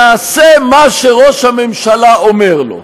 יעשה מה שראש הממשלה אומר לו.